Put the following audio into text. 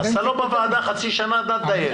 אז אתה לא בוועדה חצי שנה, נא לדייק.